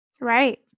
Right